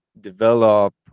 develop